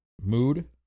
mood